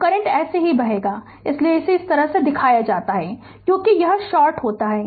तो करंट ऐसे ही बहेगा इसीलिए इसे इस तरह दिखाया जाता है क्योंकि यह शॉर्ट होता है